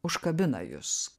užkabina jus